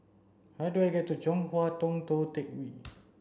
how do I get to Chong Hua Tong Tou Teck Hwee